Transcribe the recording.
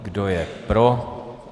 Kdo je pro?